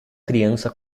criança